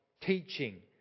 teaching